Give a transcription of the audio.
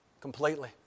completely